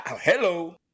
Hello